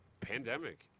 pandemic